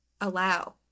allow